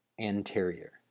anterior